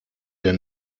der